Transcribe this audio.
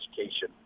education